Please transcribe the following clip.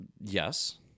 Yes